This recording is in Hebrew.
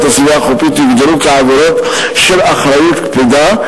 החופית יוגדרו כעבירות של אחריות קפידה,